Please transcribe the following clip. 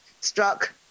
struck